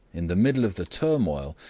in the middle of the turmoil,